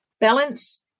Balance